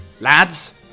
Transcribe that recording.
lads